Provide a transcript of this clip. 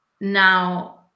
now